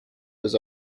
was